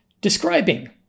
describing